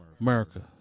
America